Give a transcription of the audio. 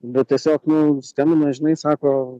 bet tiesiog nu skambina žinai sako